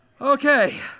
Okay